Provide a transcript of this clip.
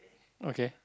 okay